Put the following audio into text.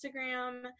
Instagram